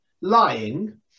lying